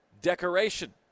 decoration